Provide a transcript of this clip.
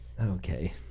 Okay